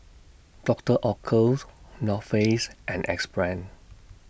Doctor Oetker's North Face and Axe Brand